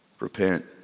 Repent